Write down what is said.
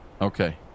okay